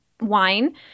wine